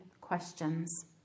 questions